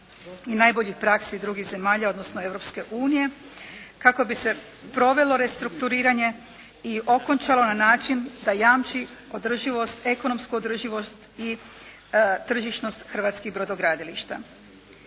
i najboljih praksi drugih zemalja odnosno Europske unije kako bi se provelo restrukturiranje i okončalo na način da jamči održivost, ekonomsku održivost i tržišnost hrvatskih brodogradilišta.